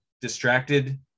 distracted